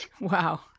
Wow